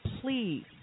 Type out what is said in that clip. Please